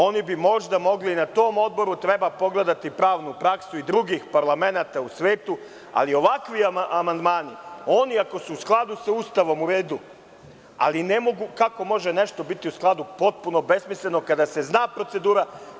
Oni bi možda mogli na tom odboru, treba pogledati pravnu praksu i drugih parlamenata u svetu, ali, ovakvi amandmani, ako su oni u skladu sa Ustavom u redu, ali, nije mi jasno kako nešto može biti u skladu s Ustavom kada je sve potpuno besmisleno i kada se zna procedura.